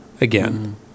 again